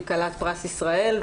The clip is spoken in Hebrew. שהיא כלת פרס ישראל,